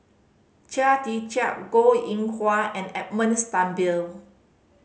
Chia Tee Chiak Goh Eng Wah and Edmund Blundell